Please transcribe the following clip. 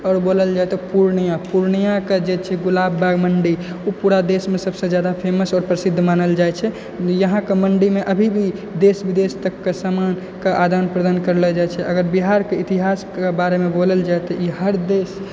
आओर बोलल जाइ तऽ पूर्णिया पूर्णियाके जे छै गुलाबबाग मण्डी उ पूरा देशमे सबसँ जादा फेमस आओर प्रसिद्ध मानल जाइ छै यहाँके मण्डीमे अभी भी देश विदेश तकके सामान के आदान प्रदान करलो जाइ छै अगर बिहारके इतिहासक बारेमे अगर बोलल जाइ तऽ ई हर देश